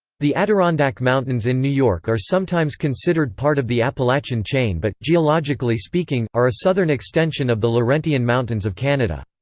the adirondack mountains in new york are sometimes considered part of the appalachian chain but, geologically speaking, are a southern extension of the laurentian mountains of canada.